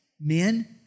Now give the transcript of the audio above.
men